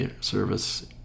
Service